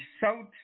South